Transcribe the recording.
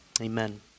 Amen